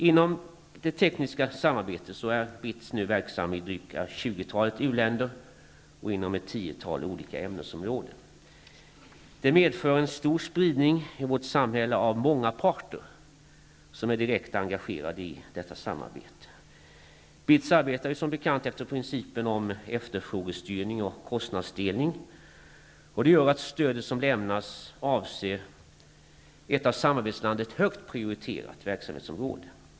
Inom det tekniska samarbetet är BITS nu verksam i dryga tjugotalet u-länder och inom ett tiotal olika ämnesområden. Det medför en stor spridning i vårt samhälle av många parter som är direkt engagerade i detta samarbete. BITS arbetar som bekant efter principen om efterfrågestyrning och kostnadsdelning, och det gör att stödet som lämnas avser ett av samarbetslandet högt prioriterat verksamhetsområde.